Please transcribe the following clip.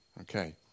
Okay